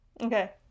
Okay